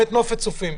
באמת נופת צופים.